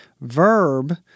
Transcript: Verb